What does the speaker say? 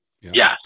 yes